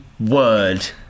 word